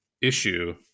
issue